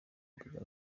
perezida